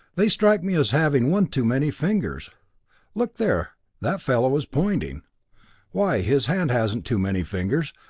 they strike me as having one too many fingers look there that fellow is pointing why his hand hasn't too many fingers,